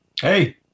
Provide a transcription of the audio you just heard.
Hey